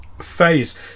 phase